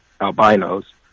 albinos